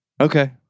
Okay